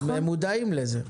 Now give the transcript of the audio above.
אתם מודעים לזה?